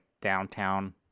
downtown